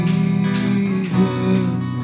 Jesus